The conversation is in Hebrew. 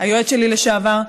היועץ שלי לשעבר,